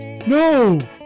No